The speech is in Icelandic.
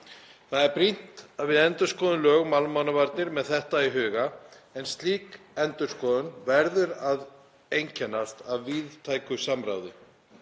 Það er brýnt að við endurskoðum lög um almannavarnir með þetta í huga en slík endurskoðun verður að einkennast af víðtæku samráði.